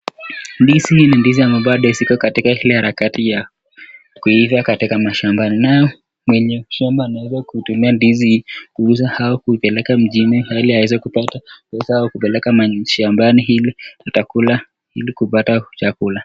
Ndizi hizi ni ndizi ambazo bado ziko katika zile harakati ya kuiva katika mashambani naye mwenye shamba anaweza kutumia ndizi hii kuuza au kupeleka mjini ili aweza kupata pesa au kupeleka mashambani ili atakula ili kupata chakula.